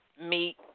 meet